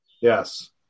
Yes